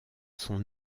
son